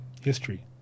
history